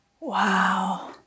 Wow